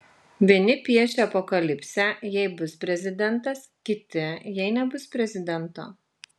vieni piešia apokalipsę jei bus prezidentas kiti jei nebus prezidento